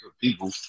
people